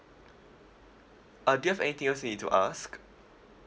uh do you have anything else you need to ask